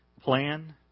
plan